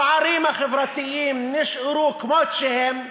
הפערים החברתיים נשארו כמות שהם,